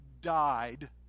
died